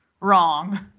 wrong